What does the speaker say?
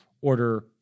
order